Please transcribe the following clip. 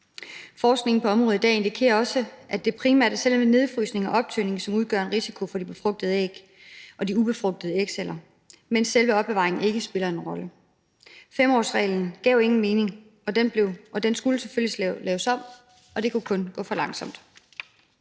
Forskningen på området i dag indikerer også, at det primært er selve nedfrysningen og optøningen, som udgør en risiko for de befrugtede æg og de ubefrugtede ægceller, mens selve opbevaringen ikke spiller en rolle. 5-årsreglen gav ingen mening, og den skulle selvfølgelige laves om, og det kunne kun gå for langsomt.